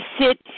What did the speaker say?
sit